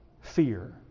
fear